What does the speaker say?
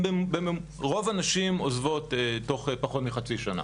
רוב הנשים עוזבות תוך פחות מחצי שנה.